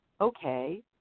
okay